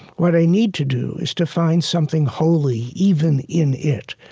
what i need to do is to find something holy even in it,